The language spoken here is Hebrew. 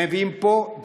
מביאים פה,